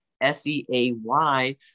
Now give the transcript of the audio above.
S-E-A-Y